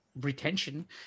retention